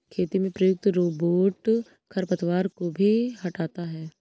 खेती में प्रयुक्त रोबोट खरपतवार को भी हँटाता है